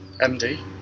MD